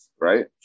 right